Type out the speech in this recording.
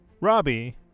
robbie